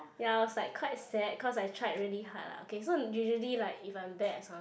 ya I was like quite sad because I tried really hard lah okay so usually like if I'm bad at